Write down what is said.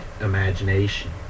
imagination